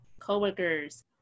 coworkers